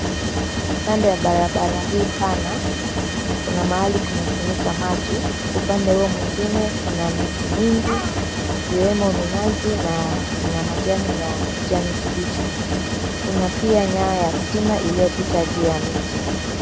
Kando ya barabara hii pana, kuna mahali kumesimika maji. Upande huo mwingine kuna miti mingi ikiwemo minazi na ina majani ya kijani kibichi. Kuna pia nyaya ya stima iliyopita juu ya miti.